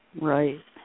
Right